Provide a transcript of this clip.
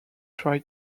try